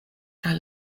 kaj